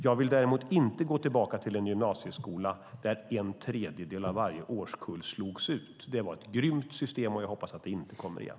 Jag vill däremot inte gå tillbaka till en gymnasieskola där en tredjedel av varje årskull slogs ut. Det var ett grymt system, och jag hoppas att det inte kommer igen.